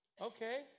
Okay